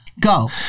go